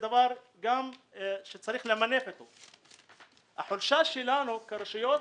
1. החולשה שלנו כרשויות